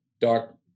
dark